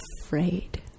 afraid